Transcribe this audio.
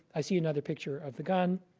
i see another picture of the gun,